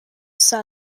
sir